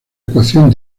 ecuación